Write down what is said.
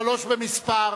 שלוש במספר,